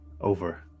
over